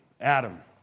Adam